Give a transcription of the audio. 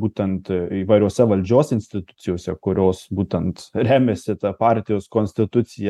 būtent įvairiose valdžios institucijose kurios būtent remiasi ta partijos konstitucija